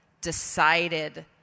decided